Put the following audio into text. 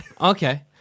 Okay